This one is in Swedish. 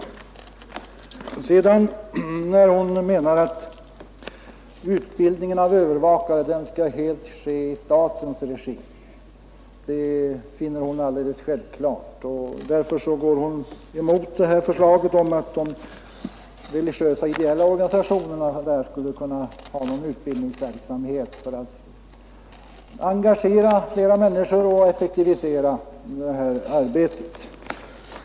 Utskottets vice ordförande anser det alldeles självklart att utbildningen av övervakare helt skall ske i statens regi. Därför går hon emot förslaget att de religiösa och ideella organisationerna skulle kunna anordna utbildningsverksamhet för att engagera flera människor och effektivisera arbetet.